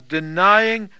denying